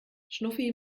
schnuffi